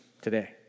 today